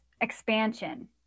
expansion